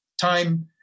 time